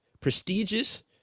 prestigious